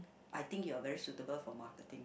I think you are very suitable for marketing